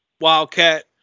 wildcat